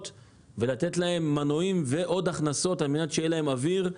ולתת להן מנועים ועוד הכנסות על-מנת שיהיה להן אוויר.